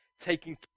Taking